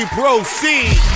proceed